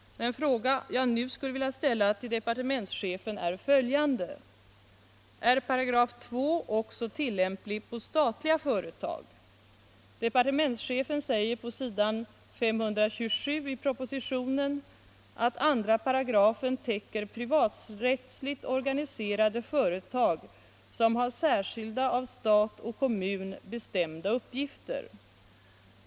Den fråga jag nu skulle vilja ställa till departementschefen är följande: Är 2§ också tillämplig på statliga företag? Departementschefen säger på s. 527 i propositionen att 2 § täcker privaträttsligt organiserade företag som har särskilda av stat och kommun bestämda uppgifter.